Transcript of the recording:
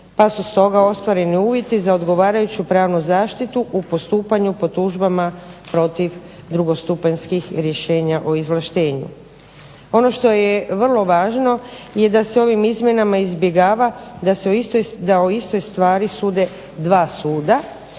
pa su stoga ostvareni uvjeti za odgovarajuću pravnu zaštitu u postupanju po tužbama protiv drugostupanjskih rješenja o izvlaštenju. Ono što je vrlo važno je da se ovim izmjenama izbjegava da o istoj stvari sude dva suda,